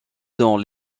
dans